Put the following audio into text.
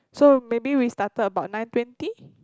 so maybe we started about nine twenty